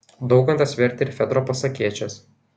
daukantas vertė ir fedro pasakėčias